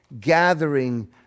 gathering